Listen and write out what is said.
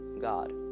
God